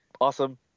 Awesome